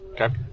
okay